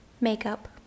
Makeup